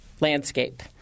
landscape